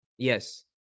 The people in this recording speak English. Yes